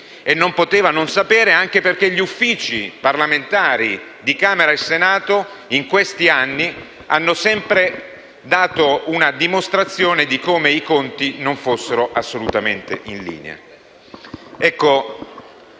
e non poteva non sapere anche perché gli Uffici parlamentari di Camera e Senato, in questi anni, hanno sempre dato una dimostrazione di come i conti non fossero assolutamente in linea.